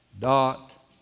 dot